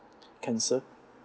cancer